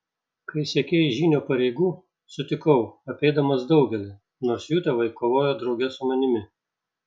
kai siekei žynio pareigų sutikau apeidamas daugelį nors jų tėvai kovojo drauge su manimi